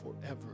forever